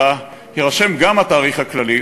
אלא יירשם גם התאריך הכללי,